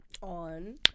On